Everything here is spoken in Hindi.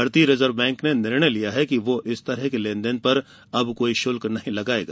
भारतीय रिजर्व बैंक ने निर्णय लिया है कि वह इस तरह के लेन देन पर अब कोई शुल्क नहीं लगाएगा